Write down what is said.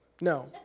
No